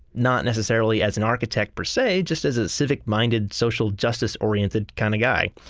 not necessarily as an architect, per se, just as a civic-minded, social justice oriented kind of guy.